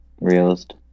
Realist